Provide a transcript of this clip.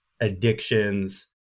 addictions